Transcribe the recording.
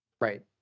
right